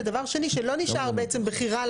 ודבר שני, שלא נשאר בעצם בחירה.